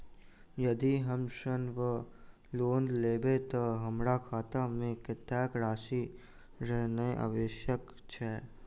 यदि हम ऋण वा लोन लेबै तऽ हमरा खाता मे कत्तेक राशि रहनैय अनिवार्य छैक?